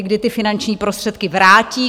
Kdy ty finanční prostředky vrátí?